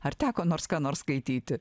ar teko nors ką nors skaityti